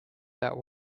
that